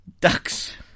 ducks